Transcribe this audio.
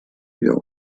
wir